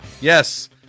Yes